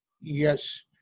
Yes